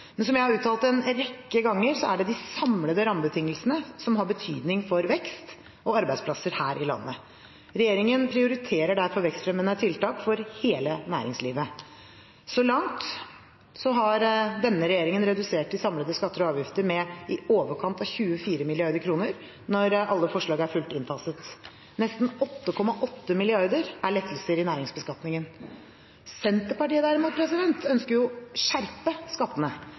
Men som jeg har uttalt en rekke ganger, er det de samlede rammebetingelsene som har betydning for vekst og arbeidsplasser her i landet. Regjeringen prioriterer derfor vekstfremmende tiltak for hele næringslivet. Så langt har denne regjeringen redusert de samlede skatter og avgifter med i overkant av 24 mrd. kr når alle forslag er fullt innfaset. Nesten 8,8 mrd. kr er lettelser i næringsbeskatningen. Senterpartiet derimot ønsker å skjerpe skattene